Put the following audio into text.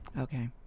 Okay